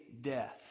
death